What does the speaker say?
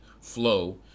flow